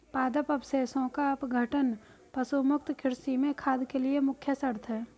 पादप अवशेषों का अपघटन पशु मुक्त कृषि में खाद के लिए मुख्य शर्त है